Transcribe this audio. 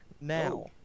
now